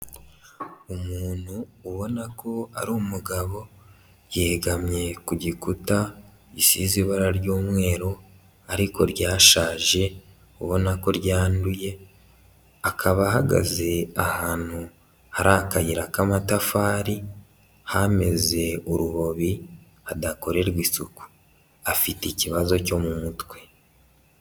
Umuntu ubona ko ari umugabo yegamye ku gikuta gisize ibara ry'umweru ariko ryashaje ubona ko ryanduye akaba ahagaze ahantu hari akayira k'amatafari hameze urubobi hadakorerwa isuku. Afite ikibazo cyo mu mutwe.